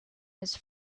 his